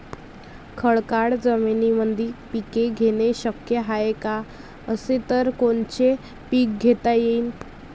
खडकाळ जमीनीमंदी पिके घेणे शक्य हाये का? असेल तर कोनचे पीक घेता येईन?